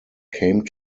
came